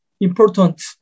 important